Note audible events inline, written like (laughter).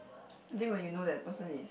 (noise) I think when you know that person is